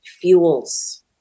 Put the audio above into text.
fuels